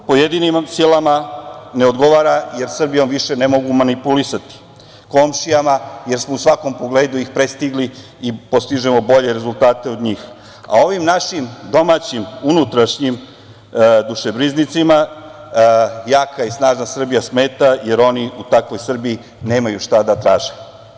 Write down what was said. Pojedinim silama ne odgovara jer Srbijom više ne mogu manipulisati, komšijama jer smo ih u svakom pogledu prestigli i postižemo bolje rezultate od njih, a ovim našim domaćim unutrašnjim dušebrižnicima jaka i snažna Srbija smeta jer oni u takvoj Srbiji nemaju šta da traže.